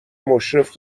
مشرف